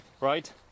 right